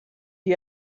you